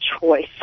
choice